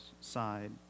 side